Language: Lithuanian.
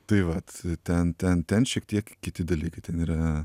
tai vat ten ten ten šiek tiek kiti dalykai ten yra